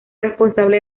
responsable